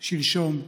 שלשום,